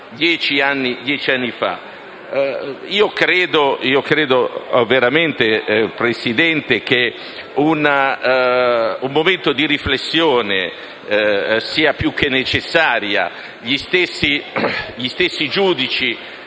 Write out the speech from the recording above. anni fa. Io credo veramente, Presidente, che un momento di riflessione sia più che necessario. Gli stessi giudici,